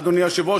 אדוני היושב-ראש,